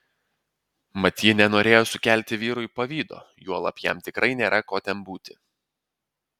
mat ji nenorėjo sukelti vyrui pavydo juolab jam tikrai nėra ko ten būti